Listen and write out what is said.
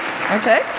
Okay